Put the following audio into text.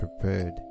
prepared